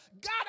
God